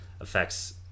affects